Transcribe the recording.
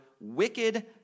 wicked